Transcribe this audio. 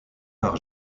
par